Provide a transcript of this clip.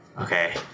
Okay